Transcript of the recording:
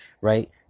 right